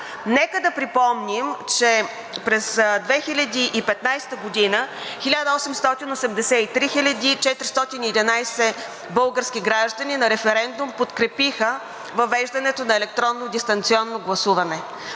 Нека да припомним, че през 2015 г. 1 883 411 български граждани на референдум подкрепиха въвеждането на електронно дистанционно гласуване.